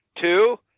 Two